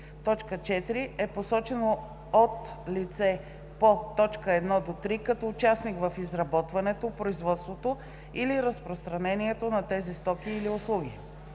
или 4. е посочено от лице по т. 1 – 3, като участник в изработването, производството или разпространението на тези стоки или услуги.